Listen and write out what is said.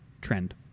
trend